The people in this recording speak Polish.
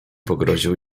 pogroził